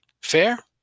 Fair